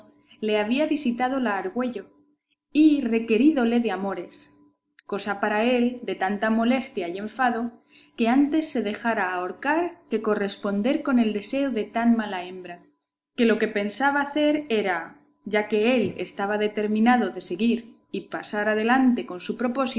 le había visitado la argüello y requerídole de amores cosa para él de tanta molestia y enfado que antes se dejara ahorcar que corresponder con el deseo de tan mala hembra que lo que pensaba hacer era ya que él estaba determinado de seguir y pasar adelante con su propósito